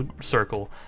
circle